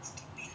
stupid